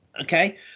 Okay